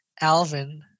alvin